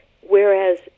whereas